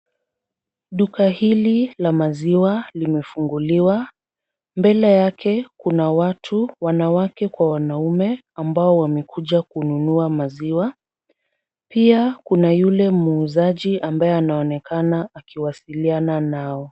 Duka hili la maziwa limefunguliwa. Mbele yake kuna watu wanawake kwa wanaume ambao wamekuja kukunua maziwa. Pia kuna yule muuzaji ambaye anaonekana akiwasiliana nao.